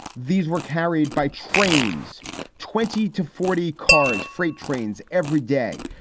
these were carried by trains twenty to forty cars, freight trains every day,